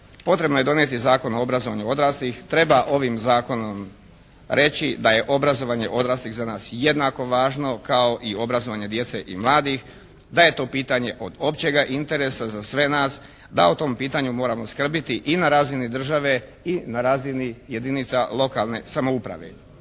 potrebno je donijeti Zakon o obrazovanju odraslih. Treba ovim zakonom reći da je obrazovanje odraslih za nas jednako važno kao i obrazovanje djece i mladih, da je to pitanje od općega interesa za sve nas, da o tom pitanju moramo skrbiti i na razini države i na razini jedinica lokalne samouprave.